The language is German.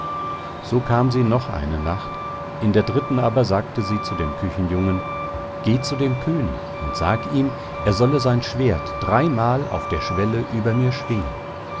so kam sie noch eine nacht in der dritten aber sagte sie zu dem küchenjungen geh zu dem könig und sag ihm er solle sein schwert dreimal auf der schwelle über mir schwingen